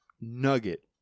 nugget